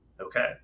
Okay